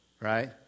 right